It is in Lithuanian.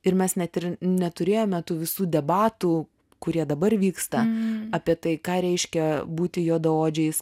ir mes net neturėjome tų visų debatų kurie dabar vyksta apie tai ką reiškia būti juodaodžiais